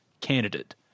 candidate